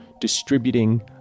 distributing